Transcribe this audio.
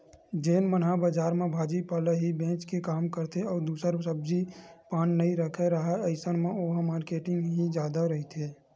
जेन मन ह बजार म भाजी पाला ही बेंच के काम करथे अउ दूसर सब्जी पान नइ रखे राहय अइसन म ओहा मारकेटिंग ही जादा रहिथे